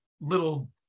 little